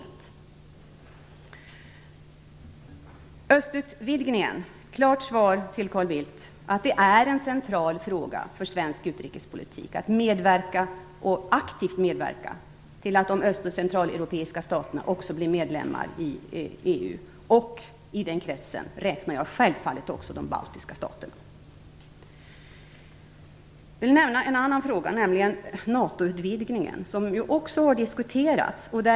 När det gäller utvidningen av EU med öststaterna kan jag ge ett klart svar till Carl Bildt. Det är en central fråga för svensk utrikespolitik att aktivt medverka till att de öst och centraleuropeiska staterna också blir medlemmar i EU, och till den kretsen räknar jag också självfallet de baltiska staterna. Sedan till en annan fråga, nämligen utvidgningen av NATO, som ju också har diskuterats.